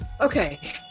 Okay